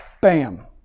bam